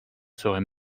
serai